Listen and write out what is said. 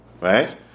Right